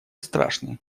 страшный